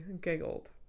giggled